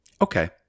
Okay